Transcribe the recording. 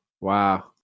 wow